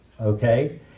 okay